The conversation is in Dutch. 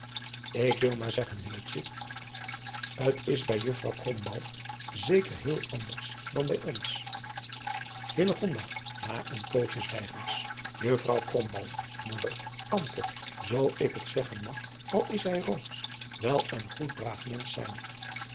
ik wil maar zeggen hilletje t is bij juffr krombalg zeker heel anders dan bij ons hillegonda na een poosje zwijgens juffr krombalg moeder kan toch zoo ik het zeggen mag al is zij roomsch wel een goed braaf mensch zijn